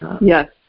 Yes